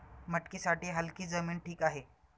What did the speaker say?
मटकीसाठी हलकी जमीन ठीक आहे